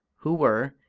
who were,